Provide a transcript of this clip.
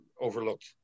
overlooked